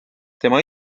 tema